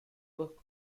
buck